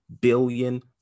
billion